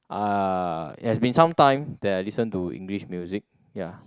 uh it has been some time that I listen to English music ya